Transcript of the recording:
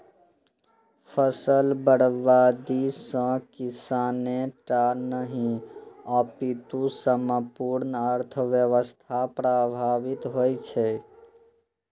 फसल बर्बादी सं किसाने टा नहि, अपितु संपूर्ण अर्थव्यवस्था प्रभावित होइ छै